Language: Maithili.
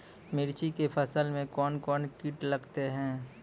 मिर्ची के फसल मे कौन कौन कीट लगते हैं?